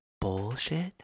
bullshit